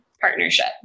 partnership